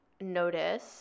notice